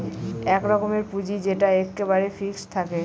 এক রকমের পুঁজি যেটা এক্কেবারে ফিক্সড থাকে